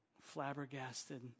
flabbergasted